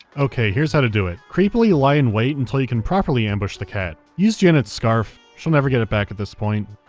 okay, here's how to do it creepily lie in wait until you can properly ambush the cat. use janet's scarf she'll never get it back at this point.